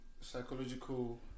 psychological